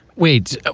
wait, what?